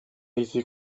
indizi